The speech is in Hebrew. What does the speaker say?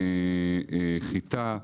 חיטה,